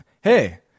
Hey